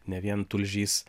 ne vien tulžys